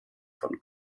von